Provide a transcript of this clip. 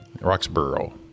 Roxborough